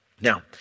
Now